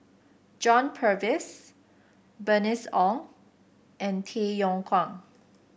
John Purvis Bernice Ong and Tay Yong Kwang